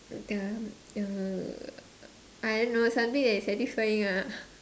um err I don't know something that is satisfying ah